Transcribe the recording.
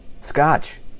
Scotch